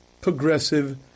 progressive